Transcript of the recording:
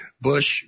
Bush